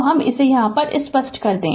तो हम इसे स्पष्ट कर दे